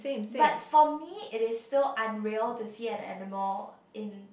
but for me it is still unreal to see an animal in